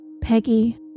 Peggy